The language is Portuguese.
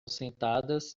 sentadas